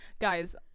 guys